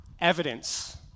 evidence